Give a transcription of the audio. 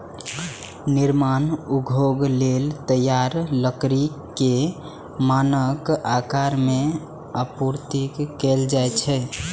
निर्माण उद्योग लेल तैयार लकड़ी कें मानक आकार मे आपूर्ति कैल जाइ छै